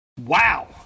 Wow